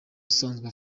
usanzwe